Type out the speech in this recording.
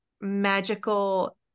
magical